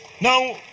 Now